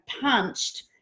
punched